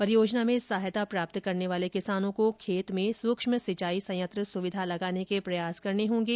परियोजना में सहायता प्राप्त करने वाले किसानों को खेत में सुक्ष्म सिंचाई संयंत्र सुविधा लगाने के प्रयास करने होंगे